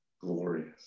glorious